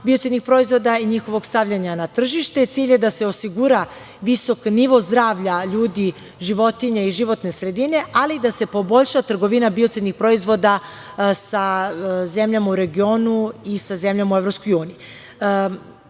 biocidnih proizvoda i njihovog stavljanja na tržište. Cilj je da se osigura visok nivo zdravlja ljudi, životinja i životne sredine, ali i da se poboljša trgovina biocidnih proizvoda sa zemljama u regionu i sa zemljama u EU.Dobro je